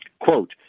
Quote